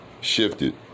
shifted